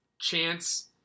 Chance